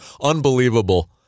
unbelievable